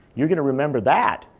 you're going to remember that.